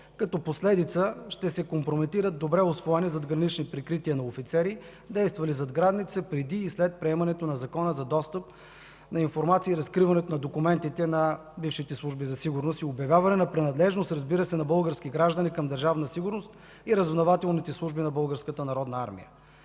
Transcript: като последица ще се компрометират добре усвоени задгранични прикрития на офицери, действали зад граница преди и след приемането на Закона за достъп до информация и разкриването на документите на бившите служби за сигурност и обявяване на принадлежност, разбира се, на български граждани към Държавна сигурност и разузнавателните служби на